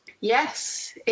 Yes